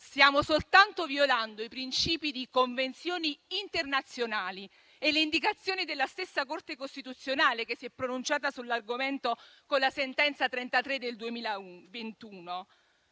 Siamo soltanto violando i principi di convenzioni internazionali e le indicazioni della stessa Corte costituzionale, che si è pronunciata sull'argomento con la sentenza n. 33 del 2021.